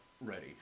ready